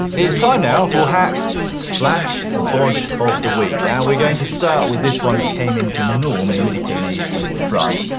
it's time now for hack slash bodge of the week, and we're going to start with this one that came in from norm in the mini pyrenees in france,